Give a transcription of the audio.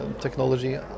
technology